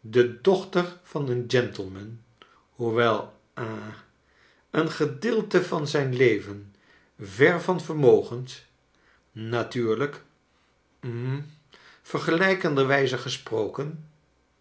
de dochter van een gentleman hoewel ha een gedeelte van zijn leven ver van vermogend natuurlijk hm vergelijkenderwijze gesproken